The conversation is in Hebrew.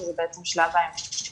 שזה בעצם שלב ההמשך